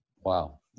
Wow